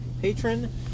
patron